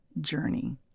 journey